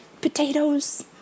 potatoes